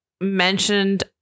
mentioned